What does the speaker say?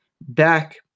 back